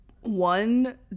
one